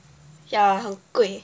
yeah 很贵